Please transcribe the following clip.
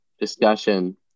discussion